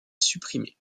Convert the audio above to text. supprimé